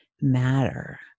matter